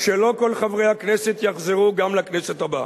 שלא כל חברי הכנסת יחזרו גם לכנסת הבאה.